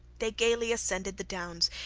they gaily ascended the downs,